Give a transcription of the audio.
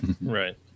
Right